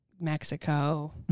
mexico